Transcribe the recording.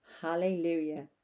Hallelujah